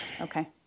Okay